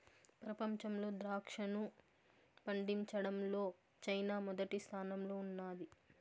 ప్రపంచంలో ద్రాక్షను పండించడంలో చైనా మొదటి స్థానంలో ఉన్నాది